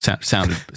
Sounded